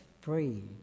free